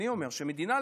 אני אומר שהמדינה,